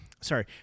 Sorry